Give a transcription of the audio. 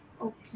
okay